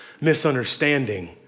misunderstanding